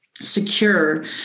secure